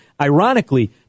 ironically